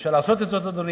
ואפשר לעשות את זאת, אדוני,